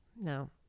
No